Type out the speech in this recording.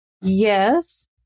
Yes